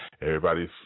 Everybody's